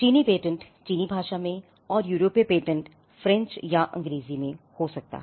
चीनी पेटेंट चीनी भाषा मेंयूरोपीय पेटेंट फ्रेंच में या अंग्रेजी में हो सकता है